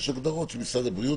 יש הגדרות של משרד הבריאות,